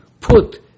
put